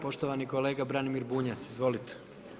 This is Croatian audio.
Poštovani kolega Branimir Bunjac, izvolite.